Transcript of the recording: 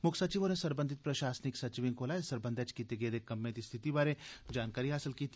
मुक्ख सचिव होरें सरबंघत प्रशासनिक सचिवें कोला इस सरबंधै च कीते गेदे कम्में दी स्थिति बारै जानकारी हासल कीती